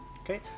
Okay